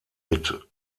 mit